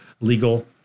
legal